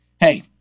Hey